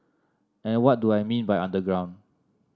and what do I mean by underground